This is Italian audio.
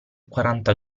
quaranta